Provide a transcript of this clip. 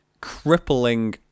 crippling